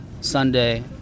Sunday